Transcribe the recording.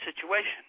situation